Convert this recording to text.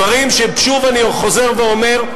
אלה דברים ששוב אני חוזר ואומר,